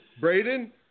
Braden